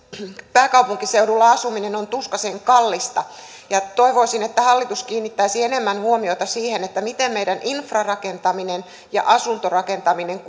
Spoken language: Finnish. pääkaupunkiseudulla asuminen on tuskaisen kallista ja toivoisin että hallitus kiinnittäisi enemmän huomiota siihen miten meidän infrarakentaminen ja asuntorakentaminen